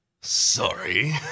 Sorry